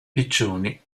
piccioni